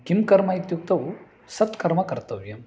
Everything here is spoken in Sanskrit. किं कर्म इत्युक्तौ सत्कर्मकर्तव्यम्